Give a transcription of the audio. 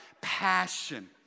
passion